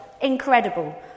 incredible